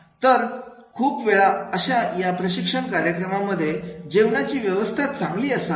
तर खूप वेळा अशा या प्रशिक्षण कार्यक्रमामध्ये जेवणाची व्यवस्था चांगली असावी